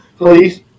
Please